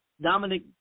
Dominic